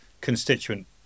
constituent